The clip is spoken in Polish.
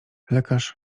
lekarz